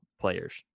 players